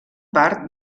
part